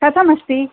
कथमस्ति